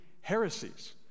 heresies